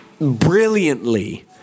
brilliantly